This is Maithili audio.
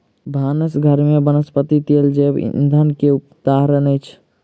भानस घर में वनस्पति तेल जैव ईंधन के उदाहरण अछि